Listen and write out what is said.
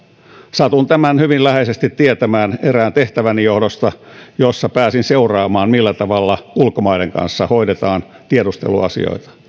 satun tämän hyvin läheisesti tietämään erään tehtäväni johdosta jossa pääsin seuraamaan millä tavalla ulkomaiden kanssa hoidetaan tiedusteluasioita